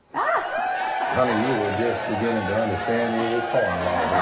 ah honey, you are just beginning to understand your ole pa-in-law